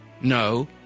no